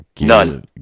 None